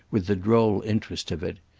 with the droll interest of it.